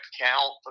count